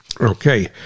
okay